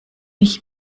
ich